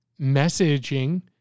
messaging